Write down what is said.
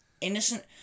Innocent